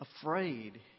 Afraid